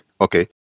Okay